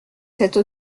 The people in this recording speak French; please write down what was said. cette